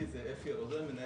קודם כל,